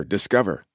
Discover